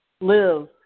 live